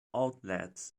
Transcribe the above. outlets